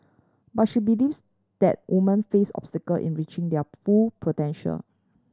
but she believes that woman face obstacle in reaching their full potential